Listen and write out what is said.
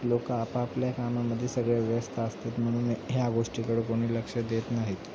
लोकं आपापल्या कामामध्ये सगळे व्यस्त असतात म्हणून ह्या गोष्टीकडं कोणी लक्ष देत नाहीत